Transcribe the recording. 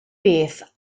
beth